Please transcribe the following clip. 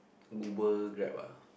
Uber Grab ah